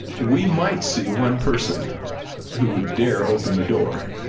we might see one person who would dare open the door.